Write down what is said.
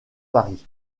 paris